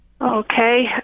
Okay